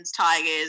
tigers